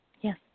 Yes